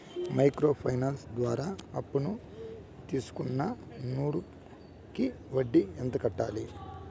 Micro finance ద్వారా అప్పును తీసుకున్న నూరు కి వడ్డీ ఎంత కట్టాలి?